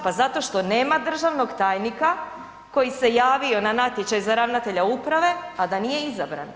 Pa zato što nema državnog tajnika koji se javio na natječaj za ravnatelja uprave, a da nije izabran.